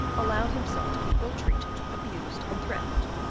allowed himself to be ill-treated, abused, and threatened,